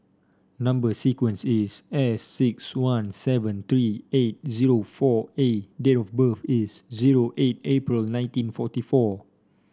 number sequence is S six one seven three eight zero four A date of birth is zero eight April nineteen forty four